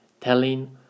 telling